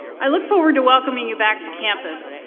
i look forward to welcoming you back to campus.